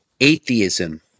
atheism